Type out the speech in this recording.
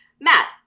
Matt